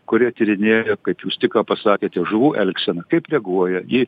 kurie tyrinėja kaip jūs tik ką pasakėte žuvų elgseną kaip reaguoja į